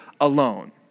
alone